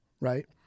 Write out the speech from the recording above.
right